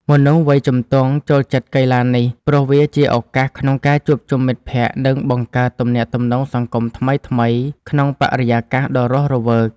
មនុស្សវ័យជំទង់ចូលចិត្តកីឡានេះ ព្រោះវាជាឱកាសក្នុងការជួបជុំមិត្តភក្តិ និងបង្កើតទំនាក់ទំនងសង្គមថ្មីៗក្នុងបរិយាកាសដ៏រស់រវើក។